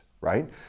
right